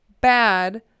bad